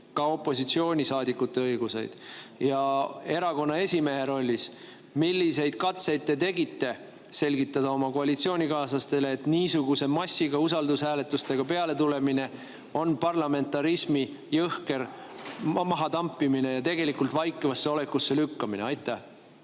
ka opositsioonisaadikute õiguseid, ja erakonna esimehe rollis, milliseid katseid te tegite, et selgitada oma koalitsioonikaaslastele, et niisuguse massi usaldushääletustega peale tulemine on parlamentarismi jõhker maha tampimine ja tegelikult vaikivasse olekusse lükkamine? Aitäh!